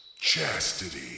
Chastity